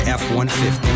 f-150